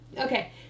Okay